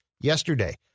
yesterday